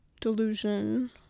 delusion